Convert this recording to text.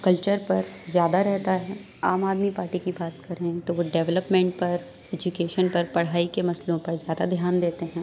culture پر زیادہ رہتا ہے عام آدمی پارٹی کی بات کریں تو وہ ڈیولوپمینٹ پر ایجوکیشن پر پڑھائی کے مسئلوں پر زیادہ دھیان دیتے ہیں